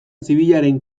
zibilaren